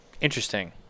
interesting